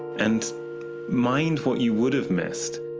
and mind what you would have missed.